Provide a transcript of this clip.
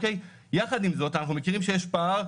מכיוון שאני לא מצליח לקבל תשובה פשוטה לפרוטוקול,